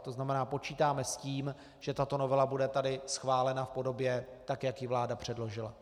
To znamená, počítáme s tím, že tato novela bude tady schválena v podobě tak, jak ji vláda předložila.